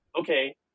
okay